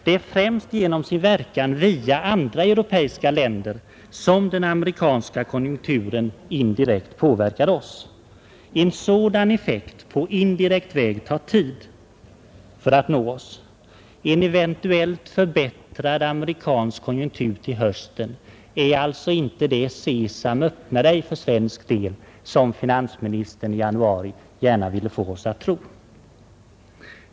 Det är främst genom sin verkan via europeiska länder som den amerikanska konjunkturen indirekt påverkar oss. En sådan effekt på indirekt väg tar tid för att nå oss. En eventuellt förbättrad amerikansk konjunktur till hösten är alltså inte det ”Sesam, öppna dig” för svensk del, som finansministern i januari gärna ville få oss att tro.